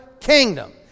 kingdom